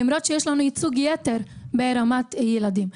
למרות שיש לנו ייצוג יתר ברמת ילדים.